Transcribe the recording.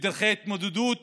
ודרכי התמודדות